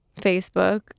facebook